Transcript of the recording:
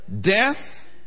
death